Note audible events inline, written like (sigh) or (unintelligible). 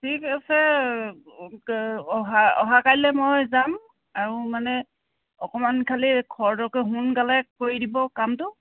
ঠিক আছে (unintelligible) অহা অহাকাইলৈ মই যাম আৰু মানে অকণমান খালি খৰধৰকৈ সোনকালে কৰি দিব কামটো